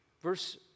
verse